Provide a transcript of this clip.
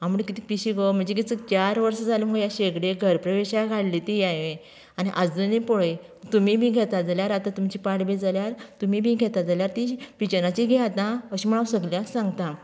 हांव म्हणटा कितें पिशें गो चार वर्सां जाली मुगो ह्या शेगडेक घर प्रवेशाक हाडलें ती हांवें आनी आजुनूय पळय तुमी बी घेता जाल्यार आतां तुमची पाड बी जाल्यार तुमी बी घेता जाल्यार ती पिजनाची घेयात हां अशें म्हूण हांव सगळ्यांक सांगता